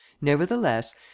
nevertheless